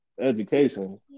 education